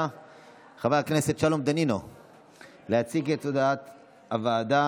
חבר הכנסת שלום דנינו להציג את הודעת הוועדה,